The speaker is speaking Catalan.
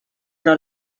però